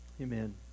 Amen